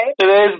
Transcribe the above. Today's